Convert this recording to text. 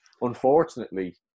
Unfortunately